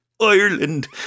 Ireland